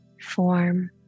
form